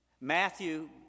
Matthew